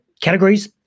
categories